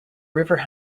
river